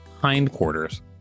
hindquarters